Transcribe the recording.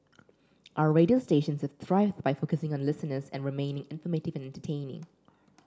our radio stations have thrived by focusing on listeners and remaining informative and entertaining